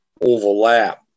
overlap